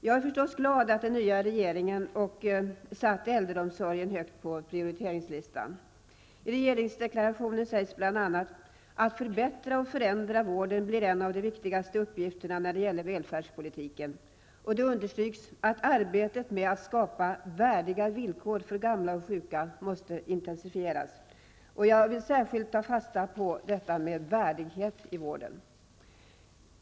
Jag är förstås glad att den nya regeringen satt äldreomsorgen högt på prioriteringslistan. I regeringsdeklarationen sägs bl.a. ''att förbättra och förändra vården blir en av de viktigaste uppgifterna när det gäller välfärdspolitiken'', och det understryks att arbetet med att skapa värdiga villkor för gamla och sjuka måste intensifieras. Jag vill särskilt ta fasta på värdigheten i vården.